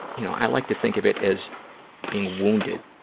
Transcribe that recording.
you know, i like to think of it as being wounded,